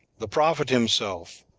the prophet himself,